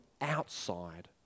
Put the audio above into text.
outside